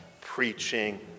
preaching